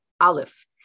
Aleph